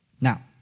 Now